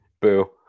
boo